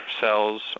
cells